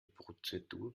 prozedur